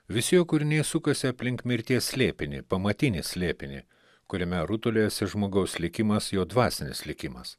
visi jo kūriniai sukasi aplink mirties slėpinį pamatinį slėpinį kuriame rutuliojasi žmogaus likimas jo dvasinis likimas